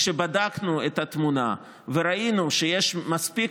כשבדקנו את התמונה וראינו שיש מספיק,